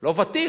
לא ותיק,